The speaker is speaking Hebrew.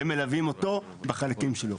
הם מלווים אותו בחלקים שלו.